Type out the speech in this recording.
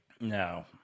No